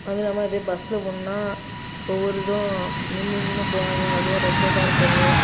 அதுவும் இல்லாமல் அதே பஸ்ல போகணுன்னா ஒவ்வொரு இதுவும் நின்று நின்று போவாய்ங்க அதுவும் ரொம்ப இதாக இருக்காது